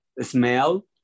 smell